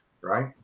right